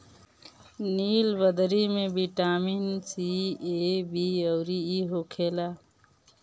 नीलबदरी में vitamin C, A, B अउरी इ होखेला